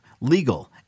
legal